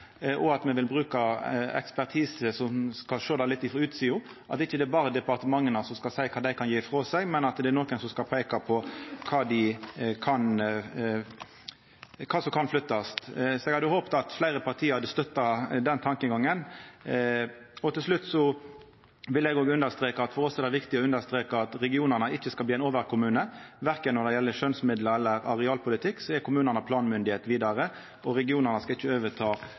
og at me vil bruka ekspertise som skal sjå det litt frå utsida, at det ikkje berre er departementa som skal seia kva dei kan gje frå seg, men at det er nokon som skal peika på kva som kan flyttast. Eg hadde håpt at fleire parti hadde støtta den tankegangen. Til slutt vil eg òg understreka at for oss er det viktig å understreka at regionane ikkje skal bli ein overkommune verken når det gjeld skjønnsmidlar eller arealpolitikk, så kommunane er planmyndigheit vidare. Regionane skal ikkje overta